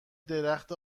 درخت